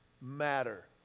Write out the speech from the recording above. matter